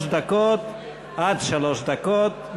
עד שלוש דקות,